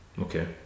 Okay